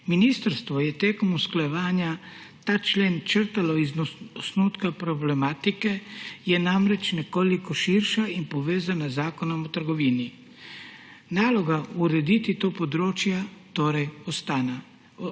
Ministrstvo je tekom usklajevanja ta člen črtalo iz osnutka problematike, ki je namreč nekoliko širša in povezana z Zakonom o trgovini. Naloga urediti to področje torej ostaja.